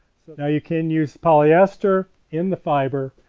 now you can use polyester in the fiber,